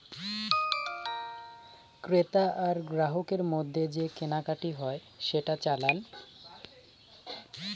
ক্রেতা আর গ্রাহকের মধ্যে যে কেনাকাটি হয় সেটা চালান